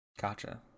Gotcha